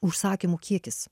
užsakymų kiekis